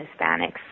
Hispanics